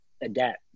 adapt